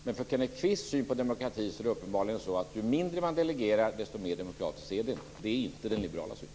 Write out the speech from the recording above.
Men enligt Kenneth Kvists syn på demokratin är det uppenbarligen så att ju mindre man delegerar, desto mer demokratiskt är det. Det är inte den liberala synen.